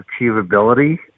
Achievability